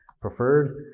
preferred